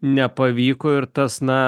nepavyko ir tas na